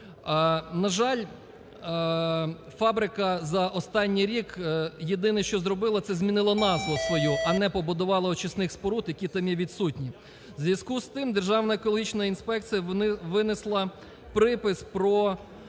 На жаль, фабрика за останній рік єдине, що зробила, це змінила назву свою, а не побудувала очисних споруд, які там є відсутні. У зв'язку з тим Державна екологічна інспекція винесла припис про